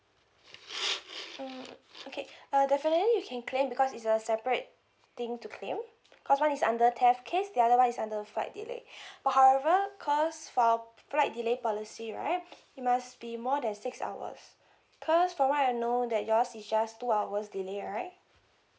mm okay uh definitely you can claim because it's a separate thing to claim because one is under theft case the other one is under fight delay but however cause for our flight delay policy right it must be more than six hours because for I know that yours is just two hours delay right